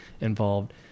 involved